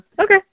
Okay